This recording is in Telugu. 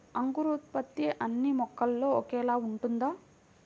అంకురోత్పత్తి అన్నీ మొక్కల్లో ఒకేలా ఉంటుందా?